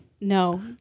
no